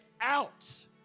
out